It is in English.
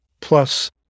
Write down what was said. Plus